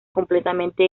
completamente